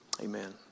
Amen